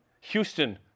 Houston